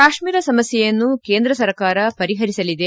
ಕಾಶ್ಲೀರ ಸಮಸ್ಯೆಯನ್ನು ಕೇಂದ್ರ ಸರ್ಕಾರ ಪರಿಹರಿಸಲಿದೆ